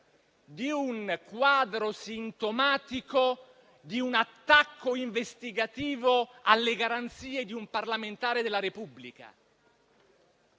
di un quadro sintomatico di un attacco investigativo alle garanzie di un parlamentare della Repubblica.